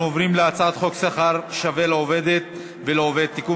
אנחנו עוברים להצעת חוק שכר שווה לעובדת ולעובד (תיקון